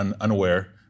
unaware